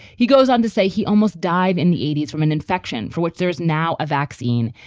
he goes on to say he almost died in the eighty s from an infection for which there is now a vaccine.